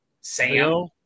Sam